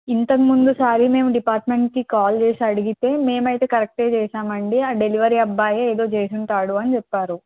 ఇంతకు ముందుసారి మేము డిపార్ట్మెంట్కి కాల్ చేసి అడిగితే మేము అయితే కరెక్ట్ చేసాం అండి ఆ డెలివరీ అబ్బాయి ఏదో చేసి ఉంటాడు అని చెప్పారు